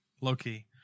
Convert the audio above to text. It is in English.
Low-key